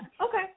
Okay